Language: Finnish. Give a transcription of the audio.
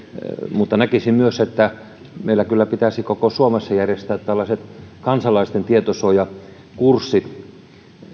mutta näkisin myös että meillä kyllä pitäisi koko suomessa järjestää kansalaisten tietosuojakurssi